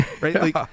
right